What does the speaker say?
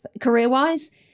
career-wise